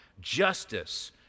justice